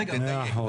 מאה אחוז.